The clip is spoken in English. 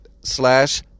slash